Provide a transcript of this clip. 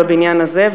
בבניין הזה,